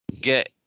get